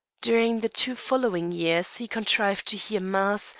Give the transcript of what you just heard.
during the two following years he contrived to hear mass,